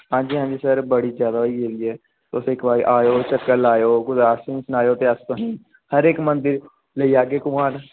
आं जी हां जी सर बड़ी ज्यादा होई गेदी ऐ तुस एक बारी आओ चक्कर लाओ कुतै असें गी सनाओ ते अस तुसेंगी हर एक मंदिर लेई जाह्गे कमान